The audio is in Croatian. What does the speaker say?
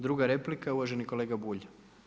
Druga replika je uvaženi kolega Bulj.